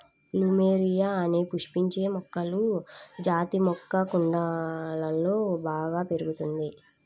plumeria అనే పుష్పించే మొక్కల జాతి మొక్క కుండలలో బాగా పెరుగుతుంది